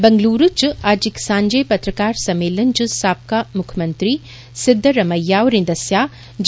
बेंगलुरु च अज्ज इक सांझे पत्रकार सम्मेलन च साबका मुक्खमंत्री सिद्दरमेआ होरें दस्सेआ जे